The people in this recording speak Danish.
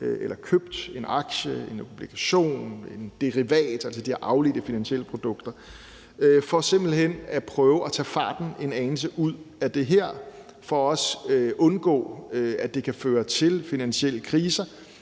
eller købt en aktie, en obligation eller en derivat, som er de her afledte finansielle produkter – for simpelt hen at prøve at tage farten en anelse ud af det her, for også at undgå, at det fører til finansielle kriser,